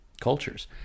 cultures